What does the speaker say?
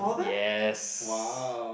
yes